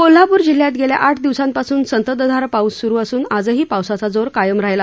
कोल्हापूर जिल्हयात गेल्या आठ दिवसांपासून संततधार पाऊस सुरू असून आजही पावसाचा जोर कायम राहिला